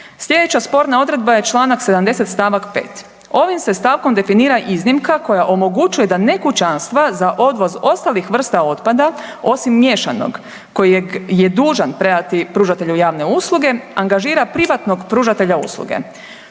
Slijedeća sporna odredba je čl. 70. st. 5.. Ovim se stavkom definira iznimka koja omogućuje da ne kućanstva za odvoz ostalih vrsta otpada, osim miješanog kojeg je dužan predati pružatelju javne usluge, angažira privatnog pružatelja usluge.